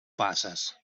passes